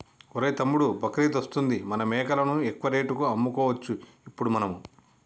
ఒరేయ్ తమ్ముడు బక్రీద్ వస్తుంది మన మేకలను ఎక్కువ రేటుకి అమ్ముకోవచ్చు ఇప్పుడు మనము